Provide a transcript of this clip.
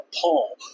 Paul